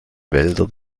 wälder